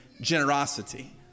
generosity